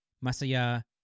Masaya